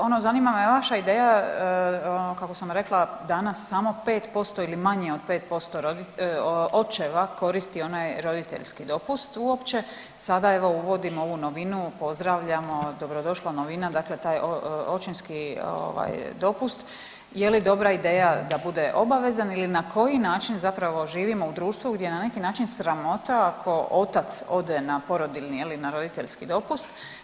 Ono zanima me vaša ideja ono kako sam rekla danas samo 5% ili manje od 5% roditelja, očeva koristi onaj roditeljski dopust uopće, sada evo uvodimo ovu novinu, pozdravljamo, dobrodošla novina, dakle taj očinski ovaj dopust je li dobra ideja da bude obavezan ili na koji način zapravo živimo u društvu gdje je na neki način sramota ako otac ode na porodiljni je li na roditeljski dopust.